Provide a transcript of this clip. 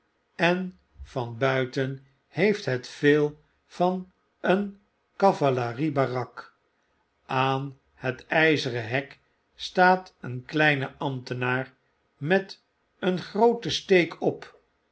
en van buiten heeft het veel van een cavalerie barak aan het peren hek staat een kleine ambtenaar met een grootensteek op